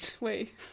Wait